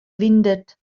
windet